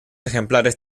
ejemplares